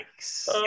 yikes